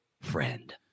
friend